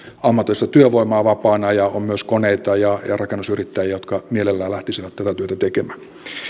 ammattitaitoista työvoimaa vapaana ja on myös koneita ja ja rakennusyrittäjiä jotka mielellään lähtisivät tätä työtä tekemään